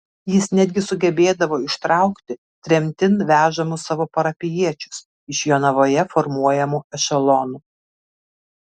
jis netgi sugebėdavo ištraukti tremtin vežamus savo parapijiečius iš jonavoje formuojamų ešelonų